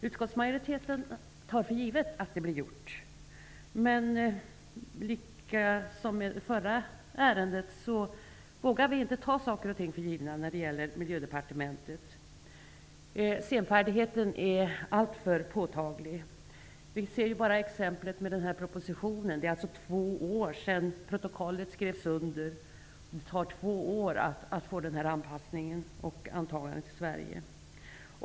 Utskottsmajoriteten tar för givet att det blir gjort. Men liksom i det förra ärendet vågar vi inte ta saker och ting för givna när det gäller Miljödepartementet. Senfärdigheten är alltför påtaglig. Ett exempel är alltså den här propositionen. Det är ju två år sedan protokollet i fråga skrevs under. Det tar två år att få den här anpassningen antagen i Sverige.